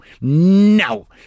no